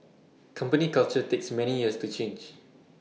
company culture takes many years to change